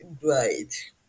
great